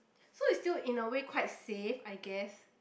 so it's still in a way quite save I guess